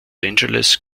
angeles